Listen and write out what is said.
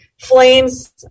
flames